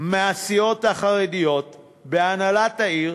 מהסיעות החרדיות בהנהלת העיר